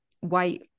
white